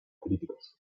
políticos